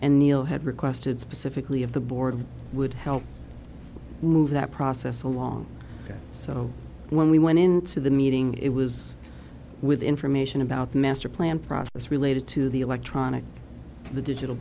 and neil had requested specifically have the board would help move that process along so when we went into the meeting it was with information about the master plan process related to the electronic the digital